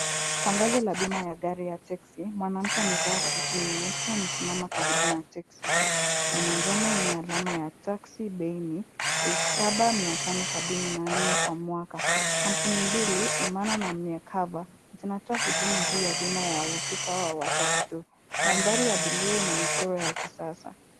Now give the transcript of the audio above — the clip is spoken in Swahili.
Tangazo la bima ya Texi. Mwanamke amevaa suti nyeusi amesimama karibu na texi ya manjano yenye alama ya taxi. Bei ni elfu saba mia tano sabini na nne kwa mwaka. Kampuni mbili, Imana na Mia Kava, inatoa bima hii ya wahusika wa watatu tu. Mandhari ya buluu na michoro ya kisasa.